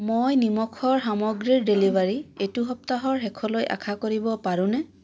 মই নিমখৰ সামগ্ৰীৰ ডেলিভাৰী এইটো সপ্তাহৰ শেষলৈ আশা কৰিব পাৰোঁনে